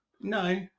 No